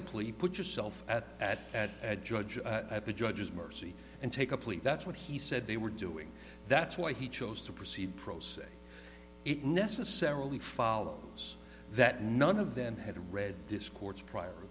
a plea put yourself at at a judge at the judge's mercy and take a plea that's what he said they were doing that's why he chose to proceed pro se it necessarily follows that none of them had read this court's prior